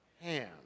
hand